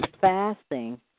fasting